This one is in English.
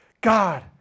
God